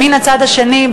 ומן הצד השני,